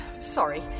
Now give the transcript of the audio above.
Sorry